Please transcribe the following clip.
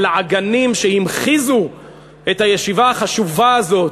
הלעגנים שהמחיזו את הישיבה החשובה הזאת